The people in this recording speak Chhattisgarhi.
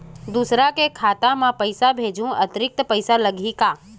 दूसरा के खाता म पईसा भेजहूँ अतिरिक्त पईसा लगही का?